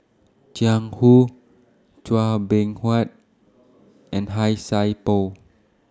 Jiang Hu Chua Beng Huat and Han Sai Por